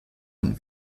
ein